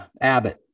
Abbott